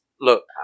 Look